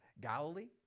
Galilee